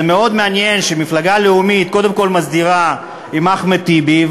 זה מאוד מעניין שמפלגה לאומית קודם כול מסדירה עם אחמד טיבי,